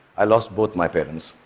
i lost both my parents,